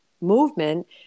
movement